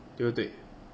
对不对